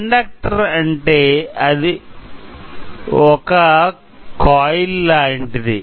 inductor అంటే అది ఇక కోయిల్ లాంటిది